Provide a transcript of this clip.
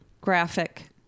graphic